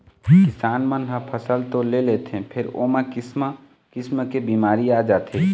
किसान मन ह फसल तो ले लेथे फेर ओमा किसम किसम के बिमारी आ जाथे